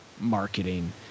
marketing